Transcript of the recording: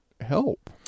help